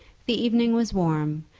the evening was warm,